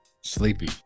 Sleepy